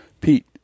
Pete